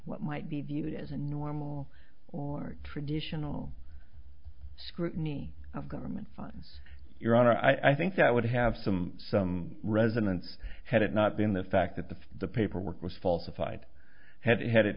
what might be viewed as a normal or traditional scrutiny of government fine your honor i think that would have some some resonance had it not been the fact that the the paperwork was falsified had had it